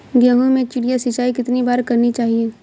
गेहूँ में चिड़िया सिंचाई कितनी बार करनी चाहिए?